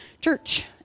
church